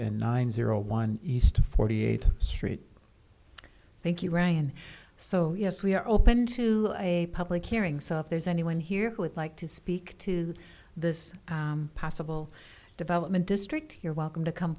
nine zero one east forty eight st thank you ryan so yes we are open to a public hearing so if there's anyone here who would like to speak to this possible development district you're welcome to come